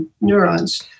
neurons